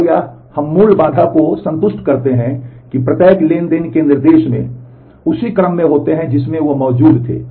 और हम मूल बाधा को संतुष्ट करते हैं कि प्रत्येक ट्रांज़ैक्शन के निर्देश उसी क्रम में होते हैं जिसमें वे मौजूद थे